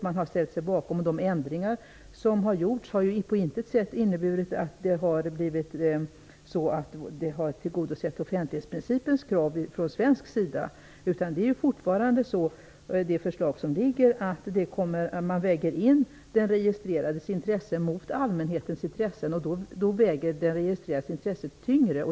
Man har ju ställt sig bakom detta, och de ändringar som har gjorts har på intet sätt inneburit att offentlighetsprincipens krav har tillgodosetts från svensk sida. Fortfarande är det dock så att man väger den registrerades intressen mot allmänhetens intressen. Då väger den registrerades intressen tyngre.